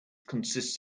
consists